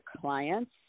clients